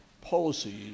policy